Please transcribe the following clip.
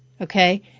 okay